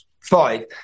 five